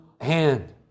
hand